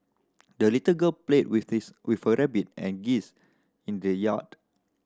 the little girl played with this with her rabbit and geese in the yard